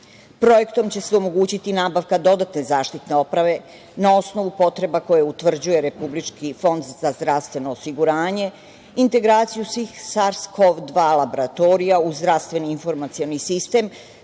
Projektom će se omogućiti nabavka dodatne zaštitne opreme na osnovu potreba koje utvrđuje Republički fond za zdravstveno osiguranje, integraciju svih SARS-Kov-2 laboratorija u zdravstveni informacioni sistem,